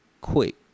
quick